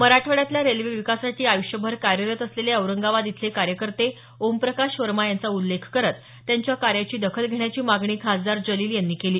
मराठवाड्यातल्या रेल्वे विकासासाठी आयुष्यभर कार्यरत असलेले औरंगाबाद इथले कार्यकर्ते ओमप्रकाश वर्मा यांचा उल्लेख करत त्यांच्या कार्याची दखल घेण्याची मागणी खासदार जलील यांनी केली